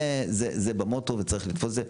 זה במוטו וצריך לתפוס את זה.